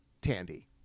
Tandy